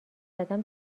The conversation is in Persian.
زدم